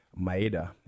Maeda